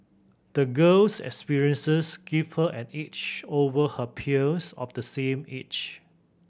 the girl's experiences gave her an edge over her peers of the same age